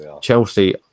Chelsea